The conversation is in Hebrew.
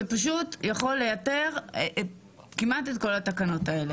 זה פשוט יכול לייתר כמעט את כל התקנות האלה.